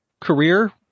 career